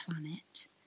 planet